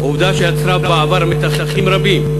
עובדה שיצרה בעבר מתחים רבים,